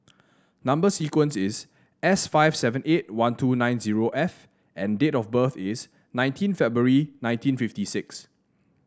number sequence is S five seven eight one two nine zero F and date of birth is nineteen February nineteen fifty six